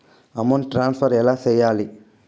amount transfer ఎలా సేయాలి